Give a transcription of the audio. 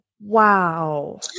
Wow